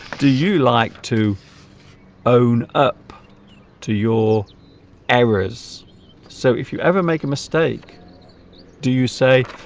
do you like to own up to your errors so if you ever make a mistake do you say